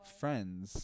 friends